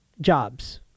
jobs